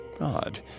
Odd